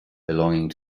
belonging